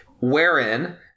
wherein